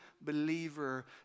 believer